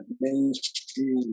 mainstream